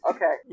Okay